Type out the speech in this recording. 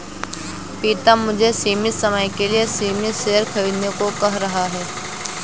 प्रितम मुझे सीमित समय के लिए सीमित शेयर खरीदने को कह रहा हैं